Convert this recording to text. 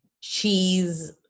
cheese